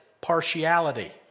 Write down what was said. partiality